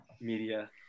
Media